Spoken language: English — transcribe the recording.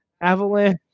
Avalanche